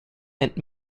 and